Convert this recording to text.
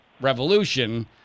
Revolution